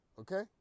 okay